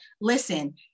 Listen